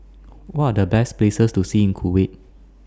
What Are The Best Places to See in Kuwait